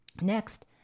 Next